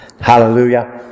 hallelujah